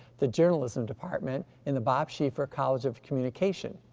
the journalism department in the bob schieffer college of communication.